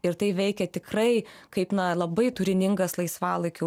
ir tai veikia tikrai kaip na labai turiningas laisvalaikio